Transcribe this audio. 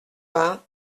vingt